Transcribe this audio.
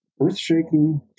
earth-shaking